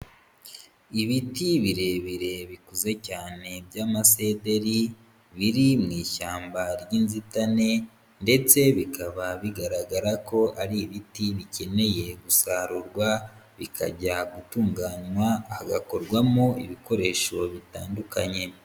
Ibiti birebire bikuze cyane by'amasederi, biri mu ishyamba ry'inzitane ndetse bikaba bigaragara ko ari ibiti bikeneye gusarurwa bikajya gutunganywa hagakorwamo ibikoresho bitandukanye.